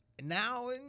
Now